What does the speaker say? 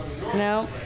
No